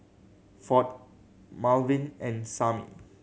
Ford Malvin and Samie